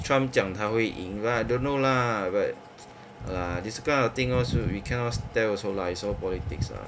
trump 讲他会赢 lah I don't know lah but 好 lah this kind of thing also we cannot tell also lah it's all politics lah